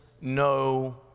no